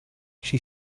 she